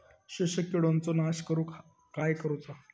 शोषक किडींचो नाश करूक काय करुचा?